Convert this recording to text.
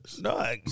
No